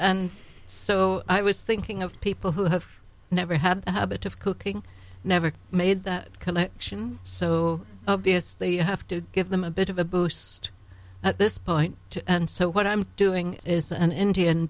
and so i was thinking of people who have never had a bit of cooking never made that collection so obviously you have to give them a bit of a boost at this point and so what i'm doing is an indian